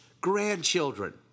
grandchildren